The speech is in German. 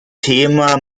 thema